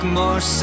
more